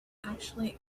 actually